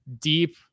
deep